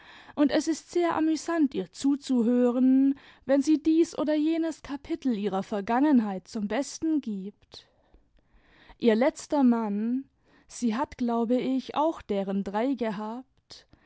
und es ist sehr amüsant ihr zuzuhören wenn sie dies oder jenes kapitel ihrer vergangenheit zum besten gibt ihr letzter mann sie hat glaube ich auch deren drei gehabt